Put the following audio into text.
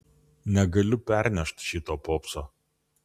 negaliu pernešt šito popso